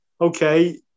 Okay